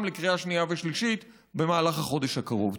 לקריאה שנייה ושלישית במהלך החודש הקרוב.